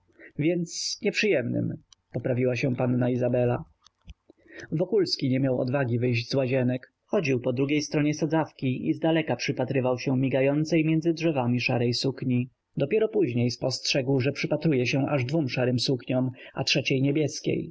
więc nieprzyjemnym poprawiła się panna izabela wokulski nie miał odwagi wyjść z łazienek chodził po drugiej stronie sadzawki i zdaleka przypatrywał się migającej między drzewami szarej sukni dopiero później spostrzegł że przypatruje się aż dwom szarym sukniom a trzeciej niebieskiej